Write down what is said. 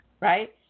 right